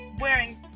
wearing